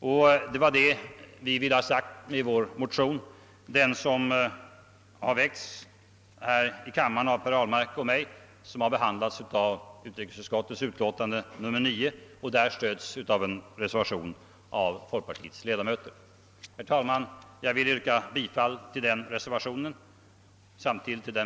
Det är detta som herr Ahlmark och jag vill ha sagt med den motion som vi har väckt och som stöds av en folkpartireservation till utrikesutskottets utlåtande nr 9. Herr talman! Jag vill yrka bifall till den reservationen.